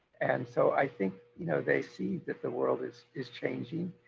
and so i think you know they see that the world is is changing.